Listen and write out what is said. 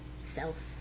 self